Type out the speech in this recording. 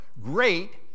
great